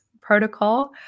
protocol